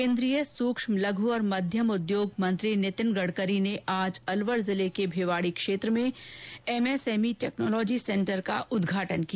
केन्द्रीय सूक्ष्म लघु और मध्यम उद्योग मंत्री नितिन गडकरी ने आज अलवर जिले के भिवाडी क्षेत्र में एमएसएमई टेक्नोलॉजी सेंटर का उदघाटन किया